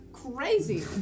Crazy